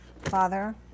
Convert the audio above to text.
Father